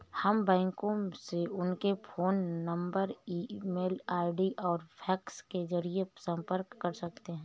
हम बैंकों से उनके phone number email ID और फैक्स के जरिए संपर्क कर सकते हैं